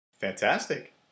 Fantastic